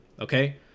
okay